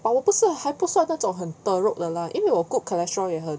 oh 我不是还不是算那种很 teruk 的 lah 因为我 good cholesterol 也很